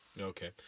Okay